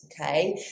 Okay